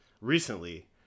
recently